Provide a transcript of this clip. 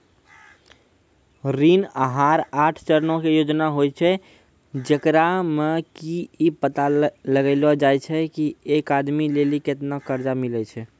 ऋण आहार आठ चरणो के योजना होय छै, जेकरा मे कि इ पता लगैलो जाय छै की एक आदमी लेली केतना कर्जा मिलै छै